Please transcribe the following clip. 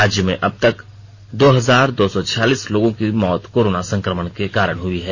राज्य में अब तक दो हजार दो सौ छियालीस लोगों की मौत कोरोना संक्रमण के कारण हुई है